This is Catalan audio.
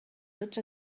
tots